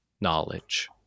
knowledge